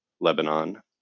Lebanon